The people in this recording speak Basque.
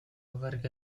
bakarrik